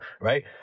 right